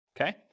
okay